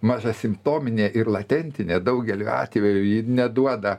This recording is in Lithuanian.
maža simptominė ir latentinė daugeliu atveju ji neduoda